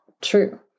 true